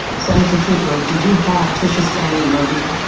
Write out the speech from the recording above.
senator truco, did you have trisha stanley murdered?